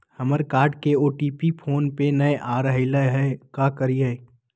हमर कार्ड के OTP phone पे नई आ रहलई हई, का करयई?